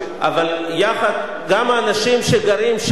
אבל גם האנשים שגרים שם,